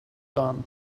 gone